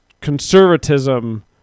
conservatism